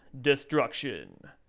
destruction